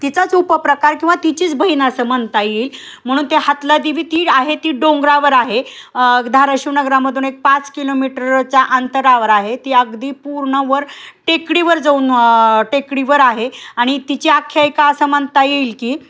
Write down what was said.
तिचाच उपप्रकार किंवा तिचीच बहिण असं म्हणता येईल म्हणून ते हातला देवी ती आहे ती डोंगरावर आहे धारशिव नगरामधून एक पाच किलोमीटरच्या अंतरावर आहे ती अगदी पूर्णवर टेकडीवर जाऊन टेकडीवर आहे आणि तिची आख्यायिका असं म्हणता येईल की